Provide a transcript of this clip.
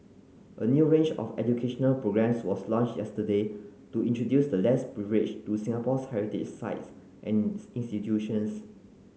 a new range of educational programmes was launched yesterday to introduce the less privileged to Singapore's heritage sites and institutions